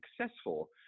successful